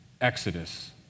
Exodus